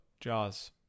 Jaws